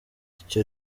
icyo